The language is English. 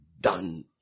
done